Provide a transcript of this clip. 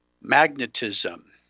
magnetism